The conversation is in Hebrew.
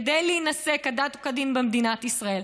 כדי להינשא כדת וכדין במדינת ישראל.